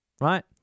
right